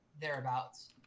thereabouts